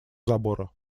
забора